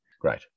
Great